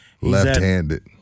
Left-handed